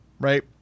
Right